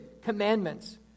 commandments